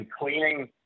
cleaning